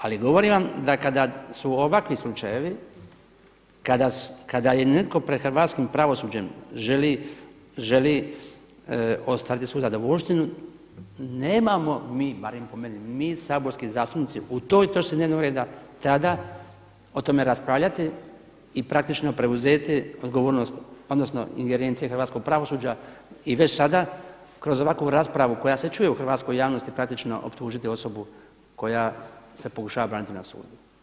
Ali govorim vam da kada su ovakvi slučajevi, kada je netko pred hrvatskim pravosuđem želi ostvariti svu zadovoljštinu nemamo mi, barem po meni, saborski zastupnici u toj točci dnevnog reda tada o tome raspravljati i praktično preuzeti odgovornost odnosno ingerencije hrvatskog pravosuđa i već sada kroz ovakvu raspravu koja se čuje u hrvatskoj javnosti praktično optužiti osobu koja se pokušava braniti na sudu.